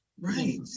Right